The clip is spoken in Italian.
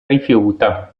rifiuta